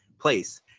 place